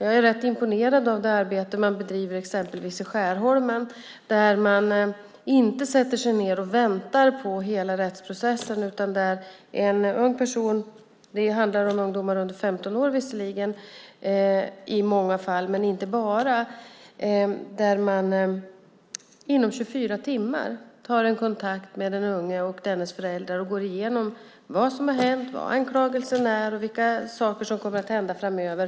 Jag är rätt imponerad av det arbete man bedriver exempelvis i Skärholmen där man inte sätter sig ned och väntar på hela rättsprocessen utan där man inom 24 timmar tar kontakt med den unge och dennes föräldrar och går igenom vad som har hänt, vad anklagelsen är och vilka saker som kommer att hända framöver.